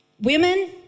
Women